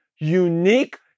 unique